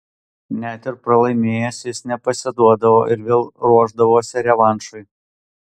net ir pralaimėjęs jis nepasiduodavo ir vėl ruošdavosi revanšui